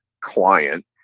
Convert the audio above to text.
client